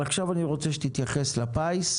עכשיו אני רוצה שתתייחס לפיס,